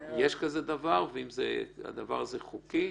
"המינהל האזרחי"